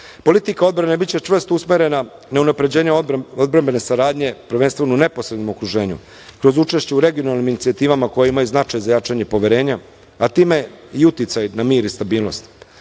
odbrane biće čvrsto usmerena na unapređenje odbrambene saradnje prvenstveno u neposrednom okruženju, kroz učešće u regionalnim inicijativama koje imaju značaj za jačanje poverenja, a time i uticaj na mir i stabilnost.